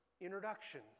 introduction